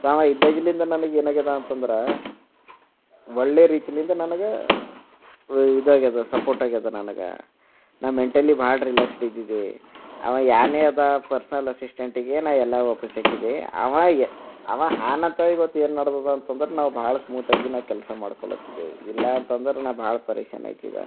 ಚಾವ ಇದ್ದಾಗಿಲ್ಲಿಂದ್ ನನಗೆ ಏನಾಗ್ಯದಾ ಅಂತಂದ್ರೆ ಒಳ್ಳೆ ರೀತಿಯಿಂದ ನನ್ಗೆ ಇದಾಗ್ಯದ ಸಪೋರ್ಟ್ ಆಗ್ಯದ ನನ್ಗೆ ನಾನು ಮೆಂಟಲಿ ಭಾಳ ರಿಲ್ಯಾಕ್ಸ್ಡ್ ಇದ್ದಿದ್ದೆ ಅವ ಯಾರನ್ನೇ ಅದಾ ಪರ್ಸ್ನಲ್ ಅಸಿಸ್ಟೆಂಟಿಗೆ ನಾನು ಎಲ್ಲ ಒಪ್ಪಿಸಾಕಿದೆ ಅವ ಏ ಅವ ಅಂತಂದ್ರೆ ನಾವು ಭಾಳ ಸ್ಮೊತ್ ಆಗಿ ಕೆಲಸ ಮಾಡ್ಕೊಳ್ಳುತ್ತಿದ್ದೆವು ಇಲ್ಲ ಅಂತಂದ್ರೆ ನಾನು ಭಾಳ ಪರಿಶಾನ್ ಅಯ್ತಿದ್ದ